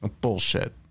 Bullshit